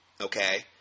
Okay